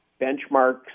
benchmarks